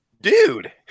Dude